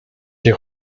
die